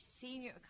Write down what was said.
senior